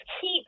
keep